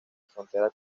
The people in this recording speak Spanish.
frontera